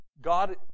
God